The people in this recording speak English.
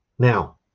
Now